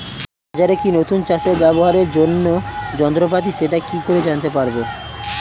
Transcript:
বাজারে কি নতুন চাষে ব্যবহারের জন্য যন্ত্রপাতি সেটা কি করে জানতে পারব?